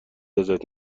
ازت